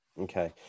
Okay